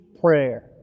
prayer